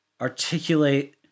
articulate